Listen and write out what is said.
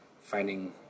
finding